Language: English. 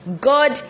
God